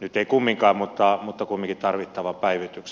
nyt ei kumminkaan mutta kumminkin tarvittavan päivityksen